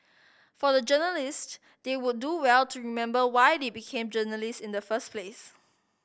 for the journalists they would do well to remember why they become journalists in the first place